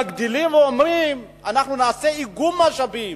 מגדילים ואומרים: אנחנו נעשה איגום משאבים,